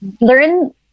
learn